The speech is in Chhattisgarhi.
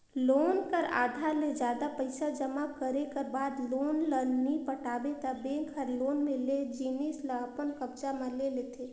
लोन कर आधा ले जादा पइसा जमा करे कर बाद लोन ल नी पटाबे ता बेंक हर लोन में लेय जिनिस ल अपन कब्जा म ले लेथे